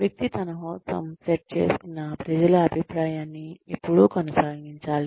వ్యక్తి తనకోసం సెట్ చేసుకున్న ప్రజల అభిప్రాయాన్ని ఎపుడూ కొనసాగించాలి